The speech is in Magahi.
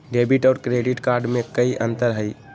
डेबिट और क्रेडिट कार्ड में कई अंतर हई?